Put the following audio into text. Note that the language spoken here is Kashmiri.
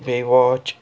بیٚیہِ واچ